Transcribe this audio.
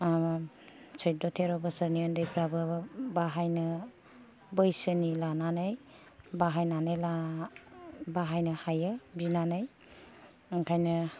सौद' थेर' बोसोरनि उन्दैफ्राबो बाहायनो बैसोनि लानानै बाहायनानै ला बाहायनो हायो बिनानै ओंखायनो